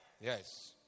Yes